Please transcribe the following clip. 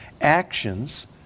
actions